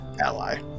ally